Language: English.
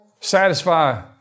Satisfy